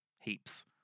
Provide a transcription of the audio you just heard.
heaps